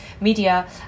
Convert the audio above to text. media